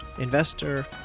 investor